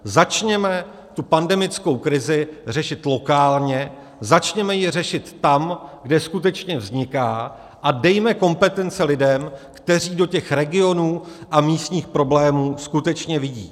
Začněme pandemickou krizi řešit lokálně, začněme ji řešit tam, kde skutečně vzniká, a dejme kompetence lidem, kteří do regionů a místních problémů skutečně vidí.